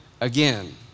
again